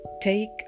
Take